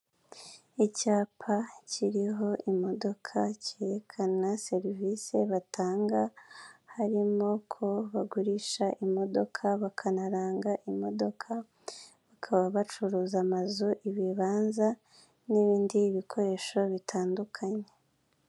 Icyapa kiriho imodoka kerekana serivise batanga harimo ko bagurisha imodoka, bakanaranga imodoka, bakaba babacuruza amazu, ibibanza, n'ibindi bikoresho bitandukanye.